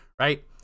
right